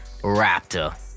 Raptor